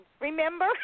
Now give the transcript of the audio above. Remember